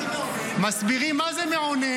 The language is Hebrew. מסבירים --- מה זה מעונן?